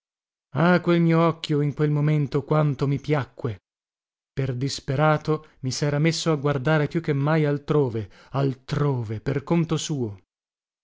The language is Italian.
ah quel mio occhio in quel momento quanto mi piacque per disperato mi sera messo a guardare più che mai altrove altrove per conto suo